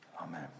Amen